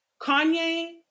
Kanye